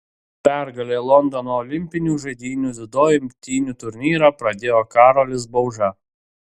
pergale londono olimpinių žaidynių dziudo imtynių turnyrą pradėjo karolis bauža